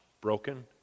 Broken